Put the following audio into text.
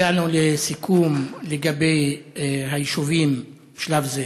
הגענו לסיכום לגבי היישובים, בשלב זה: